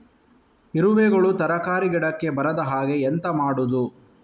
ಇರುವೆಗಳು ತರಕಾರಿ ಗಿಡಕ್ಕೆ ಬರದ ಹಾಗೆ ಎಂತ ಮಾಡುದು?